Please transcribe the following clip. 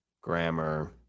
grammar